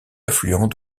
affluent